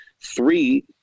Three